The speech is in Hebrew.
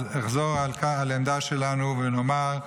אז אחזור על העמדה שלנו ונאמר: